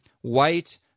white